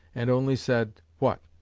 and only said what?